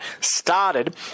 started